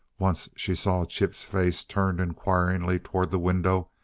once she saw chip's face turned inquiringly toward the window,